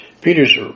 Peter's